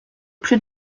plus